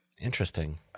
Interesting